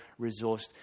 resourced